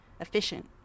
efficient